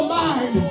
mind